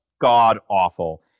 god-awful